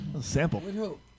Sample